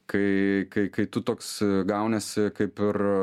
kai kai kai tu toks gauniesi kaip ir